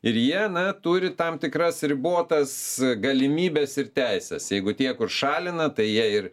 ir jie na turi tam tikras ribotas galimybes ir teises jeigu tie kur šalina tai jie ir